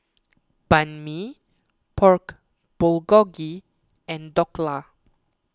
Banh Mi Pork Bulgogi and Dhokla